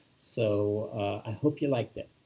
so i hope you liked it.